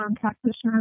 practitioners